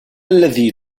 الذي